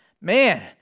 man